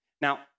Now